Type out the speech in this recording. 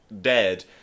dead